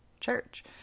church